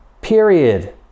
Period